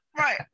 Right